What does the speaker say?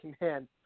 Man